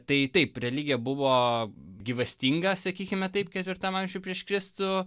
tai taip religija buvo gyvastinga sakykime taip ketvirtam amžiuj prieš kristų